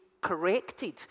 corrected